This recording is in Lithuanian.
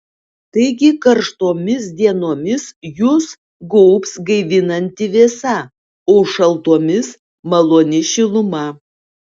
taigi karštomis dienomis jus gaubs gaivinanti vėsa o šaltomis maloni šiluma